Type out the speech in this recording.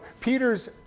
Peter's